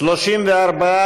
ההסתייגות?